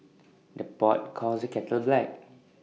the pot calls the kettle black